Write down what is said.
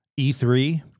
E3